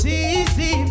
easy